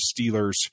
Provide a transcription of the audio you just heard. Steelers